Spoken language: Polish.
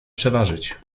przeważyć